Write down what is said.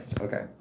Okay